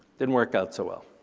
didn't work out so well.